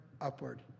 upward